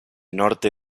norte